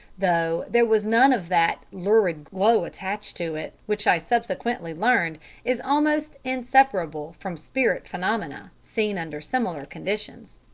though there was none of that lurid glow attached to it, which i subsequently learned is almost inseparable from spirit phenomena seen under similar conditions.